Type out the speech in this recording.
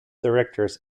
directors